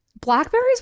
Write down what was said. Blackberries